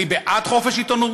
אני בעד חופש עיתונות,